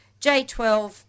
J12